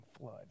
flood